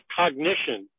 cognition